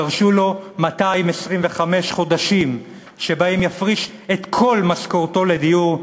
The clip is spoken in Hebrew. יידרשו לו 225 חודשים שבהם יפריש את כל המשכורות לדיור,